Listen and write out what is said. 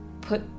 put